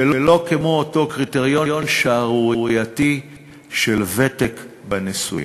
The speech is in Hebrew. ולא כמו אותו קריטריון שערורייתי של ותק בנישואים,